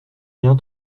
bien